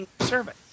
service